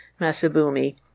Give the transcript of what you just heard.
Masabumi